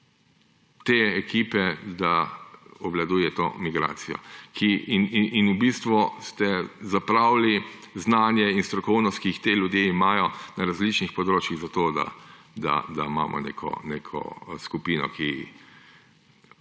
te ekipe, da obvladuje to migracijo; in v bistvu ste zapravili znanje in strokovnost, ki jih ti ljudje imajo na različnih področjih, zato da imamo neko delovno skupino, ki